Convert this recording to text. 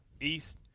East